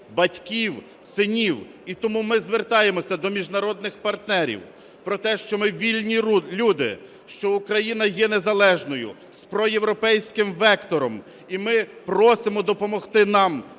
батьків, синів. І тому ми звертаємося до міжнародних партнерів про те, що ми вільні люди, що Україна є незалежною, з проєвропейським вектором, і ми просимо допомогти нам